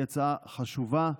היא הצעה חשובה,